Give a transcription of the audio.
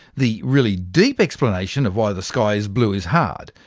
the really deep explanation of why the sky is blue is hard.